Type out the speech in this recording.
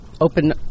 open